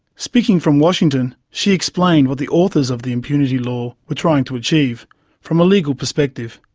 speaking from washington she explained what the authors of the impunity law were trying to achieve from a legal perspective.